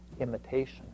imitation